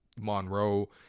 Monroe